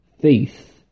faith